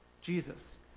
Jesus